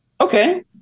okay